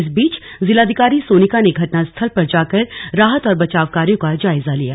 इस बीच जिलाधिकारी सोनिका ने घटना स्थल पर जाकर राहत और बचाव कार्यो का जायजा लिया